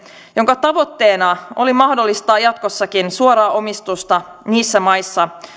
jonka tavoitteena oli mahdollistaa jatkossakin suoraa omistusta niissä maissa